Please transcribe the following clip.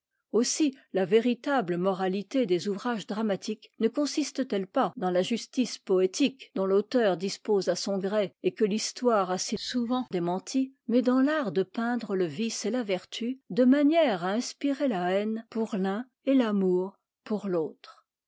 aussi la véritable moralité des ouvrages dramatiques ne consiste t elle pas dans la justice poétique dont l'auteur dispose à son gré et que l'histoire a si souvent démentie mais dans l'art de peindre le vice et la vertu de manière à inspirer la haine pour t'un et l'amour pour l'autre